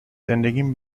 زندگیم